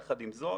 יחד עם זאת,